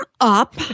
up